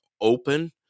open